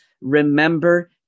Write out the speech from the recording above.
remember